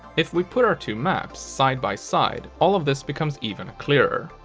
if we put our two maps side by side, all of this becomes even clearer.